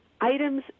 items—